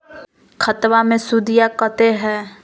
खतबा मे सुदीया कते हय?